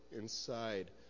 inside